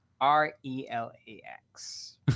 R-E-L-A-X